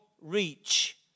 reach